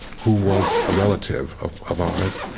who was a relative of of ours,